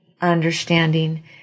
understanding